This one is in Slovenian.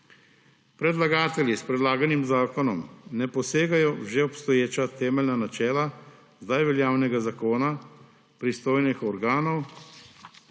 Predlagatelji s predlaganim zakonom ne posegajo v že obstoječa temeljna načela sedaj veljavnega zakona pristojnih organov,